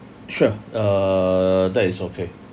sure err that is okay